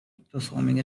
performing